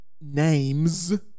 names